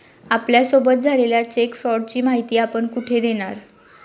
आपल्यासोबत झालेल्या चेक फ्रॉडची माहिती आपण कुठे देणार?